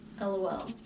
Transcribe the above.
LOL